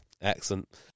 excellent